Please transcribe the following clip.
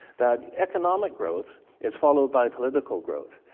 that economic growth is followed by political growth.